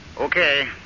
Okay